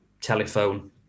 telephone